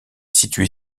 située